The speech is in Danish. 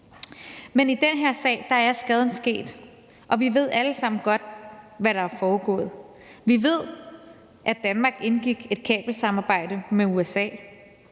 Men i den her sag er skaden sket, og vi ved alle sammen godt, hvad der er foregået. Vi ved, at Danmark indgik et kabelsamarbejdet med USA.